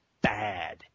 bad